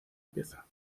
pieza